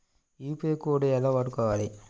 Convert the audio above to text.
UPI code ఎలా వాడుకోవాలి?